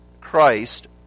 Christ